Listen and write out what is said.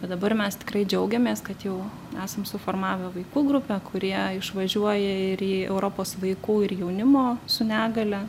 o dabar mes tikrai džiaugiamės kad jau esam suformavę vaikų grupę kurie išvažiuoja ir į europos vaikų ir jaunimo su negalia